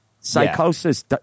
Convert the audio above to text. psychosis